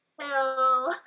Hello